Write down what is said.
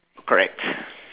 correct